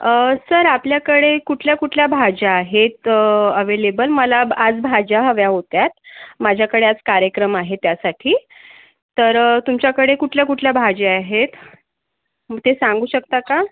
अं sir आपल्याकडे कुठल्या कुठल्या भाज्या आहेत अ अवेलेबल मला आज भाज्या हव्या होत्यात माझ्याकडे आज कार्यक्रम आहे त्यासाठी तर तुमच्याकडे कुठल्या कुठल्या भाज्या आहेत ते सांगू शकता का